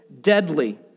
deadly